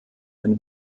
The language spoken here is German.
ein